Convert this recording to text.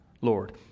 Lord